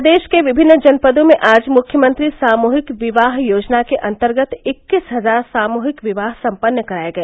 प्रदेश के विभिन्न जनपदों में आज मुख्यमंत्री सामूहिक विवाह योजना के अंतर्गत इक्कीस हजार सामूहिक विवाह संपन्न कराए गए